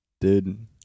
Dude